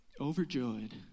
Overjoyed